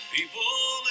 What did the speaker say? People